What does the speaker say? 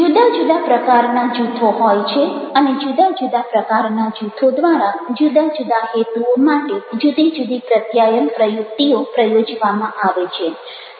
જુદા જુદા પ્રકારના જૂથો હોય છે અને જુદા જુદા પ્રકારના જૂથો દ્વારા જુદા જુદા હેતુઓ માટે જુદી જુદી પ્રત્યાયન પ્રયુક્તિઓ પ્રયોજવામાં આવે છે